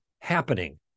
happening